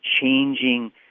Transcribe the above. changing